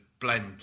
blend